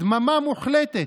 יש לזה פתרון,